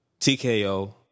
TKO